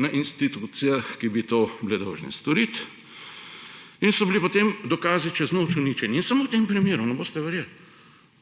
na institucijah, ki bi to bile dolžne storiti; in so bili potem dokazi čez noč uničeni. In samo v tem primeru, ne boste verjeli.